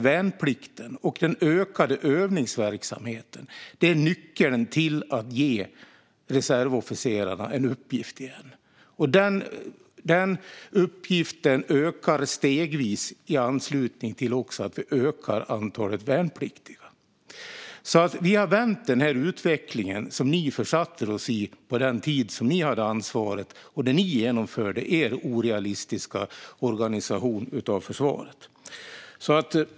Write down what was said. Värnplikten och den ökade övningsverksamheten är nyckeln till att ge reservofficerarna en uppgift igen. Den uppgiften ökar stegvis i anslutning till att vi ökar antalet värnpliktiga. Vi har alltså vänt den utveckling som ni försatte oss i under den tid ni hade ansvaret och genomförde er orealistiska organisation av försvaret, Jörgen Berglund.